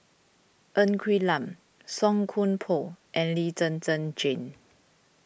Ng Quee Lam Song Koon Poh and Lee Zhen Zhen Jane